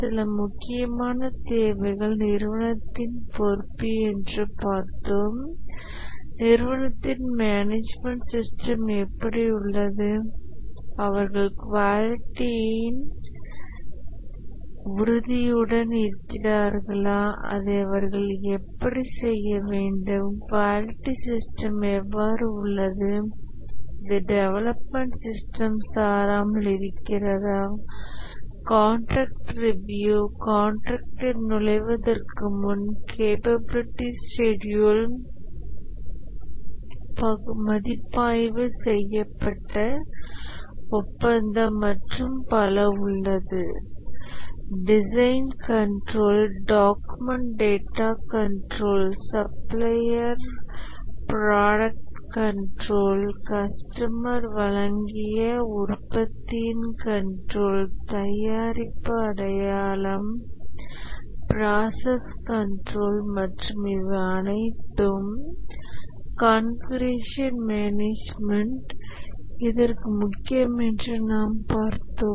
சில முக்கியமான தேவைகள் நிறுவனத்தின் பொறுப்பு என்று பார்த்தோம் நிறுவனத்தின் மேனேஜ்மென்ட் சிஸ்டம் எப்படி உள்ளது அவர்கள் குவாலிட்டிற்கு உறுதியுடன் இருக்கிறார்களா அதை அவர்கள் எப்படி செய்ய வேண்டும் குவாலிட்டி சிஸ்டம் எவ்வாறு உள்ளது இது டெவலப்மெண்ட் சிஸ்டம் சாராமல் இருக்கிறதா காண்ட்ராக்ட் ரிவ்யூ கான்ட்ராக்ட்டில் நுழைவதற்கு முன் கேப்பபிளிட்டி ஸ்கெடியூல் மதிப்பாய்வு செய்யப்பட்ட ஒப்பந்தம் மற்றும் பல உள்ளது design control document data control supplier product control customer வழங்கிய உற்பத்தியின் கன்ட்ரோல் தயாரிப்பு அடையாளம் ப்ராசஸ் கன்ட்ரோல் மற்றும் இவை அனைத்தும் கான்ஃபிகுரேஷன் மேனேஜ்மென்ட் இதற்கு முக்கியம் என்று நாம் பார்த்தோம்